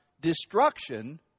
destruction